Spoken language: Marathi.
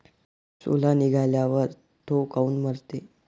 सोला निघाल्यावर थो काऊन मरते?